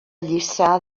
lliçà